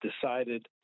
decided